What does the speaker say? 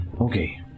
Okay